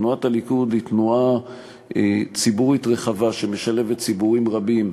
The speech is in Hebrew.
תנועת הליכוד היא תנועה ציבורית רחבה שמשלבת ציבורים רבים.